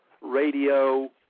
Radio